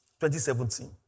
2017